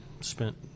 spent